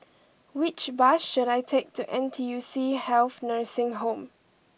which bus should I take to N T U C Health Nursing Home